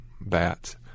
bats